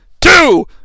two